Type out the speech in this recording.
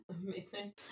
Amazing